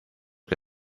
que